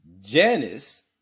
Janice